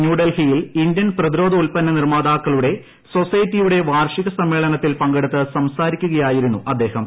ന്യൂഡൽഹിയിൽ ഇന്ത്യൻ പ്രതിരോധ ഉൽപ്പന്ന നിർമ്മാതാക്കളുടെ സൊസൈറ്റിയുടെ വാർഷിക സമ്മേളനത്തിൽ പങ്കെടുത്ത് സംസാരിക്കുകയായിരൂന്നു അ്ദ്ദേഹം